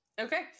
okay